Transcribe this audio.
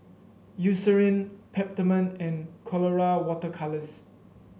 Eucerin Peptamen and Colora Water Colours